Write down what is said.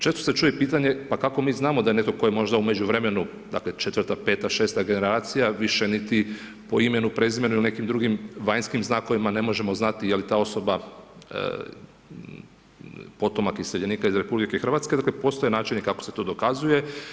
Često se čuje pitanje, pa kako mi znamo da je netko tko je možda u međuvremenu, dakle, 4, 5, 6 generacija, više niti po imenu, prezimenu ili nekim drugim vanjskim znakovima ne možemo znati je li ta osoba potomak iseljenika iz RH, dakle postoje načini kako se to dokazuje.